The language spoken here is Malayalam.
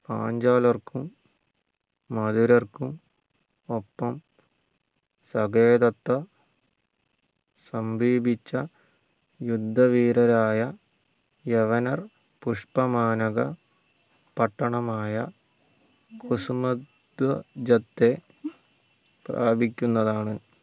പാഞ്ചാലര്ക്കും മധുരര്ക്കും ഒപ്പം സകേതത്തെ സമീപിച്ച യുദ്ധവീരരായ യവനര് പുഷ്പ മാനക പട്ടണമായ കുസുമധ്വജത്തെ പ്രാപിക്കുന്നതാണ്